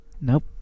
Nope